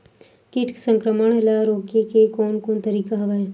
कीट संक्रमण ल रोके के कोन कोन तरीका हवय?